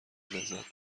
لذت